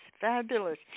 Fabulous